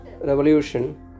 revolution